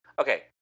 Okay